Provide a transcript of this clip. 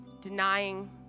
denying